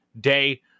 day